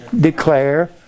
declare